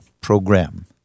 program